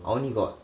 I only got